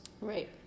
Right